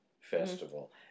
festival